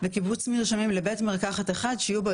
וקיבוץ מרשמים לבית מרחקת אחד שיהיו בו